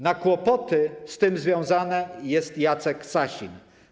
Na kłopoty z tym związane jest Jacek Sasin.